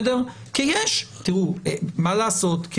מה לעשות,